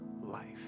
life